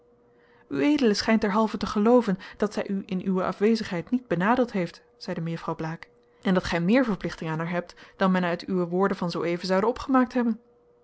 ued schijnt derhalve te gelooven dat zij u in uwe afwezigheid niet benadeeld heeft zeide mejuffrouw blaek en dat gij meer verplichting aan haar hebt dan men uit uwe woorden van zooeven zoude opgemaakt hebben